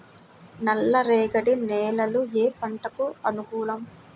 నల్ల రేగడి నేలలు ఏ పంటకు అనుకూలం?